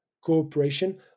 cooperation